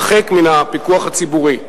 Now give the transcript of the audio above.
הרחק מהפיקוח הציבורי.